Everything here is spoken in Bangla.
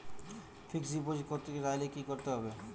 ফিক্সডডিপোজিট করতে চাইলে কি করতে হবে?